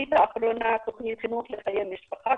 התוכנית האחרונה חינוך לחיי משפחה.